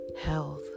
health